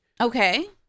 Okay